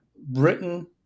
Britain